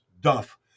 duff